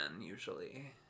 usually